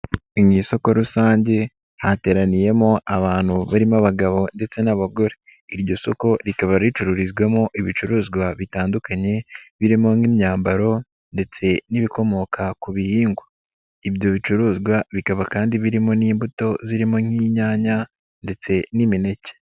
Ni mu isoko rusange hateraniyemo abantu barimo abagabo ndetse n'abagore, iryo soko rikaba ricururizwamo ibicuruzwa bitandukanye birimo nk'imyambaro ndetse n'ibikomoka ku bihingwa, ibyo bicuruzwa bikaba kandi birimo n'imbuto zirimo nk'inyanya ndetse n'imineke.